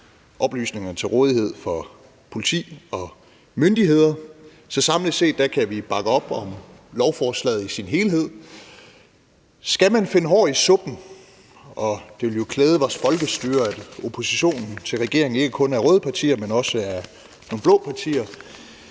oplysninger til rådighed for politi og myndigheder. Så samlet set kan vi bakke op om lovforslaget i sin helhed. Skal man finde hår i suppen, og det ville jo klæde vores folkestyre, at oppositionen til regeringen ikke kun var røde partier, men også nogle blå partier,